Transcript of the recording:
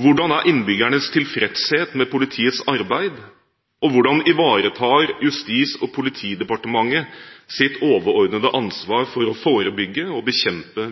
Hvordan er innbyggernes tilfredshet med politiets arbeid? Hvordan ivaretar Justis- og politidepartementet sitt overordnede ansvar for å forebygge og bekjempe